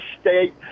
state